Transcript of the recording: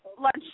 lunch